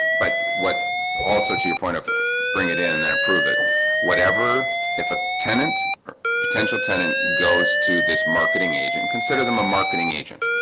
but what also to your point over bring it in and prove it whatever if a tenant potential tenant goes to this marketing agent consider them a marketing agent.